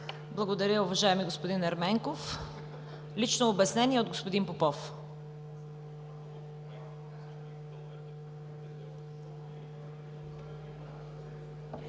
Благодаря, уважаеми господин Ерменков. Лично обяснение от господин Попов.